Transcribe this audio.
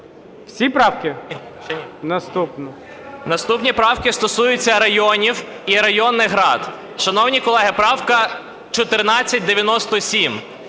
Р.М. Наступні правки стосуються районів і районних рад. Шановні колеги, правка 1497.